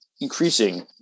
increasing